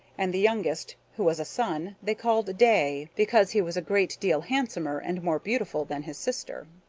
and the youngest, who was a son, they called day, because he was a great deal handsomer and more beautiful than his sister.